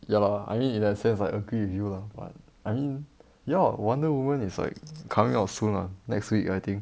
ya lah I mean in that sense I agree with you lah but I mean ya wonder woman is like coming out soon lah next week I think